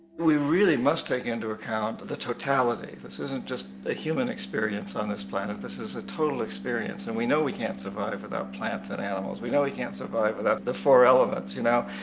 we really must take into account the totality. this isn't just a human experience on this planet, this is a total experience. and we know we can't survive without plants and animals. we know we can't survive without the four elements, you know?